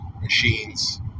machines